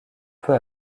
peu